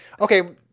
Okay